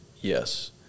Yes